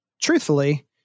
truthfully